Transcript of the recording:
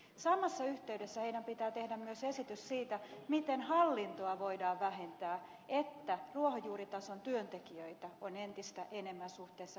samassa yhteydessä heidän pitää tehdä myös esitys siitä miten hallintoa voidaan vähentää että ruohonjuuritason työntekijöitä on entistä enemmän suhteessa hallintoon